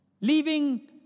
leaving